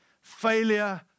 Failure